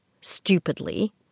stupidly